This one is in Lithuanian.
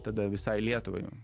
tada visai lietuvai